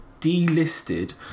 delisted